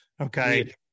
okay